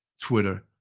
Twitter